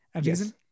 Yes